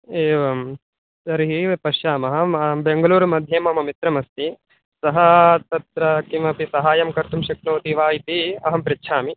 एवं तर्हि पश्यामः मां बेङ्गलूरुमध्ये मम मित्रमस्ति सः तत्र किमपि साहाय्यं कर्तुं शक्नोति वा इति अहं पृच्छामि